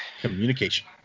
Communication